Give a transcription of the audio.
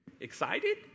Excited